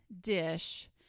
dish